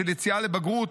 של יציאה לבגרות,